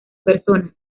persona